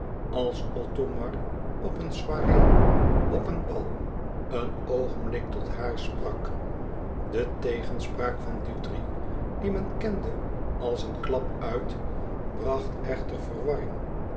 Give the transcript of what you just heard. als othomar op een soirée op een bal een oogenblik tot haar sprak de tegenspraak van dutri dien men kende als een klap uit bracht echter verwarring